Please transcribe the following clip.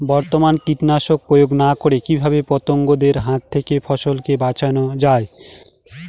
বর্তমানে কীটনাশক প্রয়োগ না করে কিভাবে পতঙ্গদের হাত থেকে ফসলকে বাঁচানো যায়?